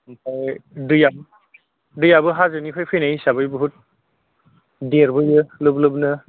ओमफ्राय दैआ दैआबो हाजोनिफ्राय फैनाय हिसाबै बुहुथ देरबोयो लोब लोब नो